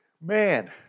man